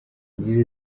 yagize